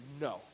No